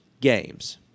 games